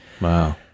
Wow